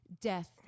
death